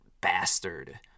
Bastard